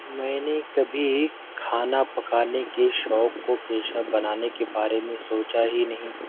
میں نے کبھی کھانا پکانے کے شوق کو پیشہ بنانے کے بارے میں سوچا ہی نہیں